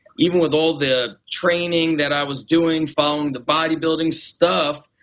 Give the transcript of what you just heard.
even with all the training that i was doing following the bodybuilding stuff,